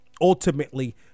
ultimately